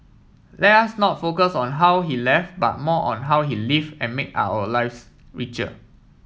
let us not focus on how he left but more on how he live and made our lives richer